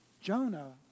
Jonah